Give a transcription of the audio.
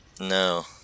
No